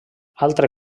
altre